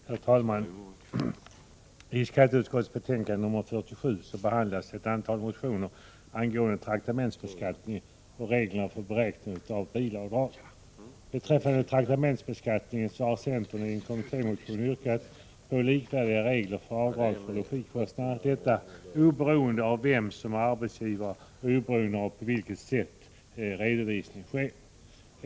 Herr talman! I skatteutskottets betänkande 47 behandlas ett antal motioner angående traktamentsbeskattning och reglerna för beräkning av bilavdrag. Beträffande traktamentsbeskattning har centern i en kommittémotion yrkat på likvärdiga regler för avdrag för logikostnader oberoende av vem som är arbetsgivare och oberoende av på vilket sätt redovisning sker.